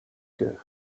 cœur